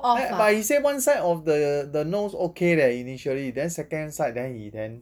eh but he say one side of the the nose okay leh initially then second side then he then